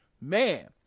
man